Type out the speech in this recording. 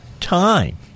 time